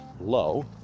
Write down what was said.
low